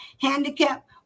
handicapped